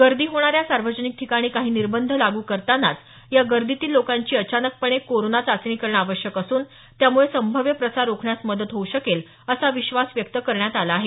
गर्दी होणाऱ्या सार्वजनिक ठिकाणी काही निर्बंध लागू करतानाच या गर्दीतील लोकांची अचानकपणे कोरोना चाचणी करणे आवश्यक असून त्यामुळे संभाव्य प्रसार रोखण्यास मदत होऊ शकेल असा विश्वास व्यक्त करण्यात आला आहे